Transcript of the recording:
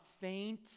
faint